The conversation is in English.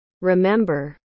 Remember